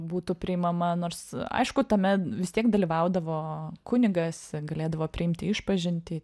būtų priimama nors aišku tame vis tiek dalyvaudavo kunigas galėdavo priimti išpažintį